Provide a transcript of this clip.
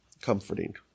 comforting